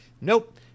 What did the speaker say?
Nope